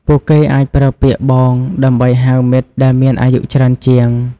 ពួកគេអាចប្រើពាក្យ “បង” ដើម្បីហៅមិត្តដែលមានអាយុច្រើនជាង។